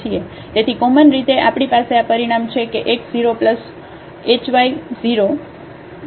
તેથી કોમન રીતે આપણી પાસે આ પરિણામ છે કે x 0 h y 0 કે અને આપણે આ ચાલુ રાખી શકીએ